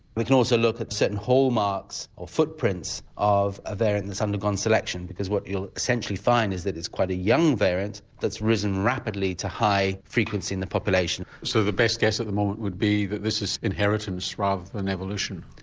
we can also look at certain hallmarks or footprints of a variance undergone selection because what you'll essentially find is that it's quite a young variance that's risen rapidly to high frequency in the population. so the best guess at the moment would be that this is inheritance rather than evolution?